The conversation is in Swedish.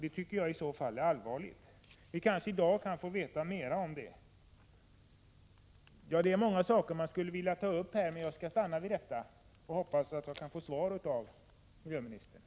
Det tycker jag är allvarligt. Vi kanske får veta mer i dag. Det är många saker jag skulle vilja ta upp, men jag stannar vid detta och hoppas få svar av miljöministern.